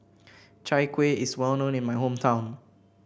Chai Kuih is well known in my hometown